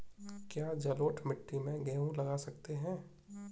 क्या जलोढ़ मिट्टी में गेहूँ लगा सकते हैं?